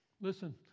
Listen